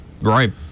Right